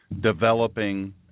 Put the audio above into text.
developing